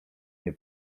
nie